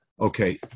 Okay